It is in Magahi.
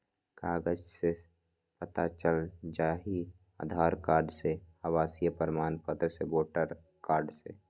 कागज से पता चल जाहई, आधार कार्ड से, आवासीय प्रमाण पत्र से, वोटर कार्ड से?